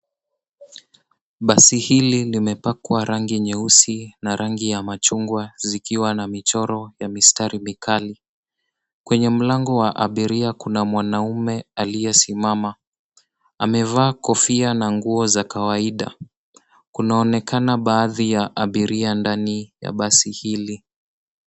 Basi hili limepakwa rangi nyeusi na rangi ya machungwa zikiwa na michoro ya mistari mikali. Kwenye mlango wa abiria kuna mwanaume aliyesimama amevaa kofia na nguo za kawaida. Kunaonekana baadhi ya abiria ndani ya basi hili.